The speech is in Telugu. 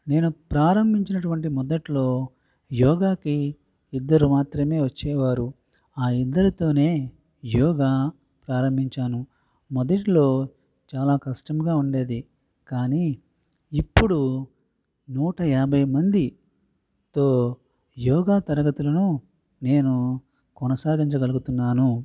నేను ప్రారంభించినటువంటి మొదట్లో యోగాకి ఇద్దరు మాత్రమే వచ్చేవారు ఆ ఇద్దరితోనే యోగా ప్రారంభించాను మొదట్లో చాలా కష్టంగా ఉండేది కానీ ఇప్పుడు నూట యాభై మందితో యోగా తరగతులను నేను కొనసాగించగలుగుతున్నాను